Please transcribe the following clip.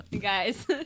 Guys